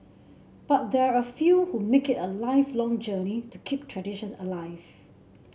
but there are a few who make it a lifelong journey to keep tradition alive